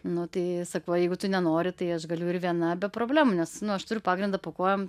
nu tai sakau jeigu tu nenori tai aš galiu ir viena be problemų nes nu aš turiu pagrindą po kojom